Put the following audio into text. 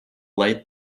light